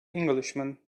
englishman